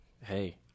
hey